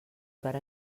per